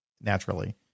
naturally